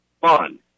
fun